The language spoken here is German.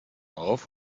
auf